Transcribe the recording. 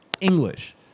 English